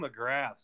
McGrath